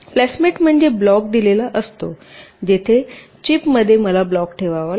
placement म्हणजे block दिलेला असतो जिथे चिपमध्ये मला ब्लॉक ठेवावा लागतो